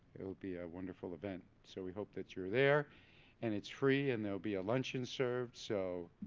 it will be a wonderful event. so we hope that you're there and it's free and they'll be a luncheon served, so.